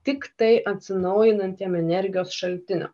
tiktai atsinaujinantiems energijos šaltinių